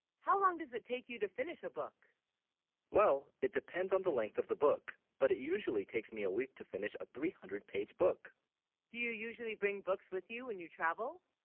how, long does it take you to finish a, book well it depends on the length of the book but it usually takes, me a week to finish a three hundred page book do you, usually, bring, books with, you when and you travel